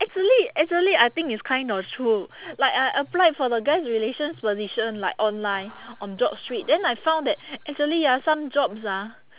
actually actually I think it's kind of true like I applied for the guest relations position like online on JobStreet then I found that actually ah some jobs ah